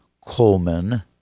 Coleman